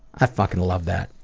i fucking love that,